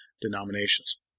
denominations